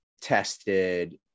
tested